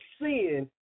sin